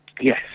Yes